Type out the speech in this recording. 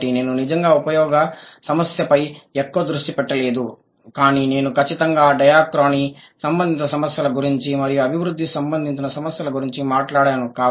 కాబట్టి నేను నిజంగా ఉపయోగ సమస్యపై ఎక్కువ దృష్టి పెట్టలేదు కానీ నేను ఖచ్చితంగా డయాక్రోనీ సంబంధిత సమస్యల గురించి మరియు అభివృద్ధి సంబంధిత సమస్యల గురించి మాట్లాడాను